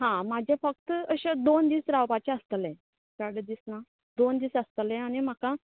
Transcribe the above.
हां म्हाजे फक्त अशें दोन दीस रावपाचें आसतलें चड दिस ना दोन दीस आसतलें आनी म्हाका